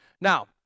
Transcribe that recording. Now